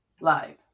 Live